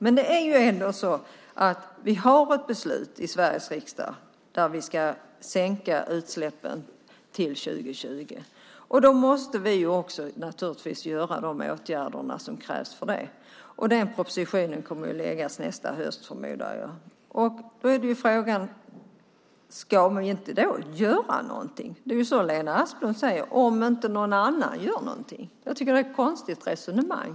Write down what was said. Men det är ändå så att vi har ett beslut i Sveriges riksdag om att sänka utsläppen till 2020. Då måste vi också naturligtvis vidta de åtgärder som krävs för det. Den propositionen kommer att läggas fram nästa höst, förmodar jag. Ska vi då inte göra någonting om inte någon annan gör någonting? Jag tycker att Lena Asplund för ett konstigt resonemang.